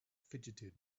fidgeted